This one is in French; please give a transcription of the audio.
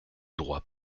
droit